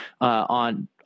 on